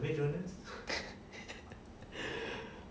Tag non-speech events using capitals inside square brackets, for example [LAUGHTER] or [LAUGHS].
[LAUGHS]